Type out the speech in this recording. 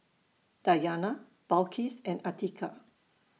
Dayana Balqis and Atiqah